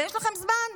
ויש לכם זמן.